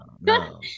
No